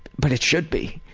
but it should be.